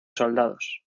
soldados